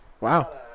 Wow